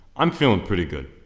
i'm feeling pretty good.